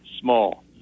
small